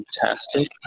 fantastic